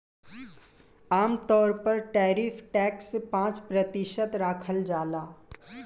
आमतौर पर tariff tax पाँच प्रतिशत राखल जाला